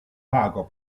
pago